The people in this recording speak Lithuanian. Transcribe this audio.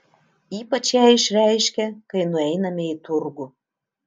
ypač ją išreiškia kai nueiname į turgų